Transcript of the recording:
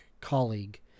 colleague